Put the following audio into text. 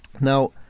Now